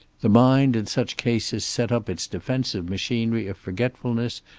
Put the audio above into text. the mind in such cases set up its defensive machinery of forgetfulness,